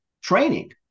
training